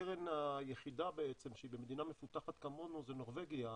הקרן היחידה שהיא במדינה מפותחת כמונו זה נורבגיה,